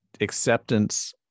acceptance